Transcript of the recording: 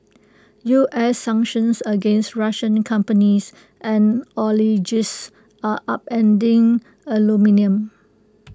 U S sanctions against Russian companies and are upending aluminium